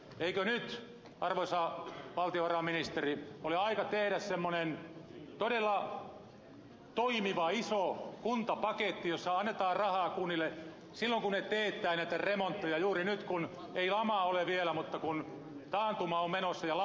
eikö nyt arvoisa valtiovarainministeri ole aika tehdä semmoinen todella toimiva iso kuntapaketti jossa annetaan rahaa kunnille silloin kun ne teettävät näitä remontteja juuri nyt kun ei lama ole vielä mutta taantuma on menossa ja lama uhkaa